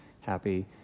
happy